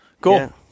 cool